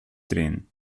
drehen